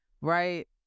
right